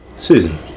Susan